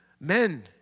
Men